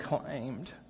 claimed